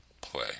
play